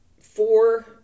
four